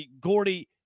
Gordy